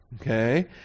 okay